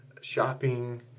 shopping